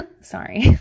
Sorry